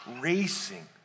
racing